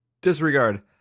Disregard